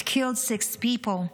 six people killed,